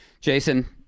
Jason